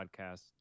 podcast